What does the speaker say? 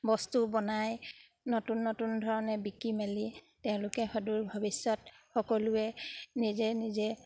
বস্তু বনাই নতুন নতুন ধৰণে বিকি মেলি তেওঁলোকে সদূৰ ভৱিষ্যত সকলোৱে নিজে নিজে